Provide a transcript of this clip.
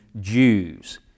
Jews